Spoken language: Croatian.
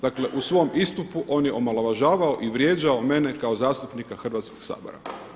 Dakle, u svom istupu on je omalovažavao i vrijeđao mene kao zastupnika Hrvatskog sabora.